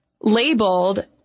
labeled